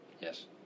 Yes